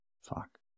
Fuck